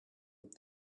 with